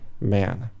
man